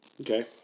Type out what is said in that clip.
Okay